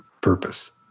purpose